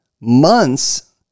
months